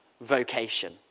vocation